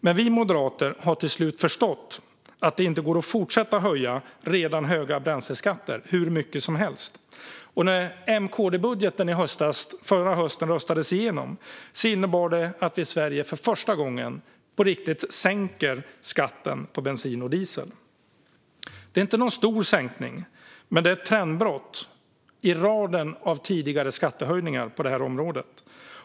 Men vi moderater har till slut förstått att man inte kan fortsätta höja redan höga bränsleskatter hur mycket som helst. När M-KD-budgeten röstades igenom i höstas innebar det att vi i Sverige för första gången på riktigt sänkte skatten på bensin och diesel. Det handlar inte om någon stor sänkning, men det är ett trendbrott i raden av tidigare skattehöjningar på området.